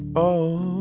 oh,